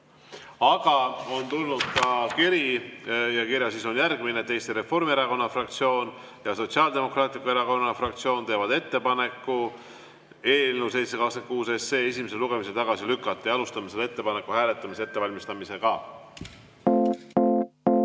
Aga on tulnud ka kiri ja kirja sisu on järgmine. Eesti Reformierakonna fraktsioon ja Sotsiaaldemokraatliku Erakonna fraktsioon teevad ettepaneku eelnõu 726 esimesel lugemisel tagasi lükata. Alustame selle ettepaneku hääletamise ettevalmistamist. Head